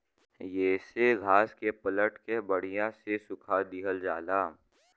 येसे घास के पलट के बड़िया से सुखा दिहल जाला